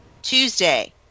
Tuesday